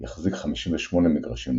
יחזיק 58 מגרשים נוספים.